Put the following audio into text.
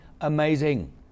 amazing